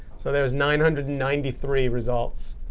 so there's nine hundred and ninety three results.